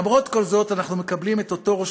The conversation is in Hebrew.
למרות כל זאת אנחנו מקבלים את אותו ראש